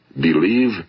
believe